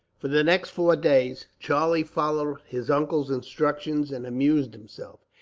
for the next four days, charlie followed his uncle's instructions and amused himself.